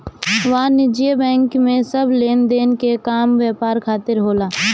वाणिज्यिक बैंक में सब लेनदेन के काम व्यापार खातिर होला